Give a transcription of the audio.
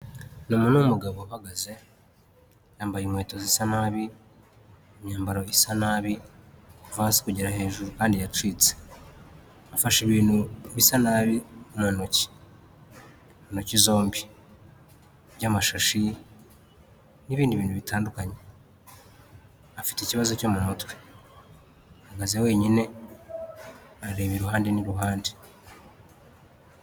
N’ umuntu w' umugabo uhagaze, yambaye inkweto zisa nabi, imyambaro isa nabi kuva hasi kugera hejuru, kandi yacitse afashe ibintu bisa nabi m’ intoki zombi, by'amashashi n' ibindi bintu bitandukanye afite ikibazo cyo mu mutwe ahagaze wenyine areba iruhande n'ihande.